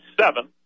seven